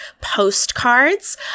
postcards